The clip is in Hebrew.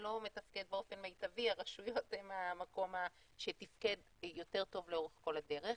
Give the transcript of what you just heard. לא מתפקד באופן המיטבי הרשויות הן המקום שתפקד יותר טוב לאורך כל הדרך.